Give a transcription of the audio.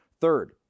Third